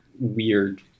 weird